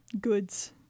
goods